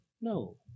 No